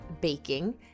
baking